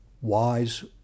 wise